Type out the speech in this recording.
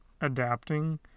adapting